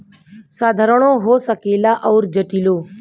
साधारणो हो सकेला अउर जटिलो